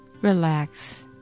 relax